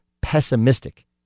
pessimistic